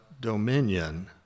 dominion